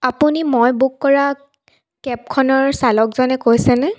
আপুনি মই বুক কৰা কেবখনৰ চালকজনে কৈছেনে